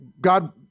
God